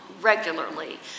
regularly